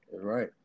Right